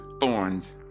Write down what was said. thorns